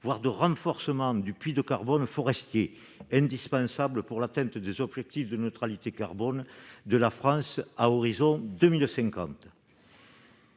voire de renforcement du puits de carbone forestier, indispensable pour atteindre les objectifs de neutralité carbone de la France à horizon de 2050.